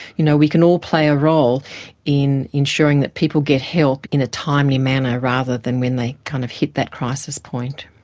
you know we can all play a role in ensuring that people get help in a timely manner rather than when they kind of hit that crisis point.